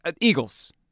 Eagles